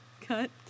cut